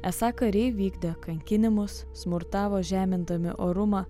esą kariai vykdė kankinimus smurtavo žemindami orumą